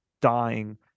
dying